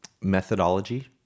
methodology